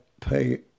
pay